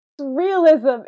realism